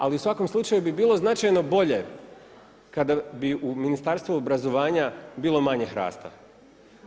Ali u svakom slučaju bi bilo značajno bolje kada bi u Ministarstvu obrazovanja bilo manje HRAST-a.